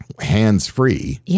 hands-free